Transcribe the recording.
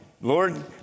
Lord